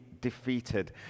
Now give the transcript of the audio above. defeated